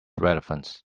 relevance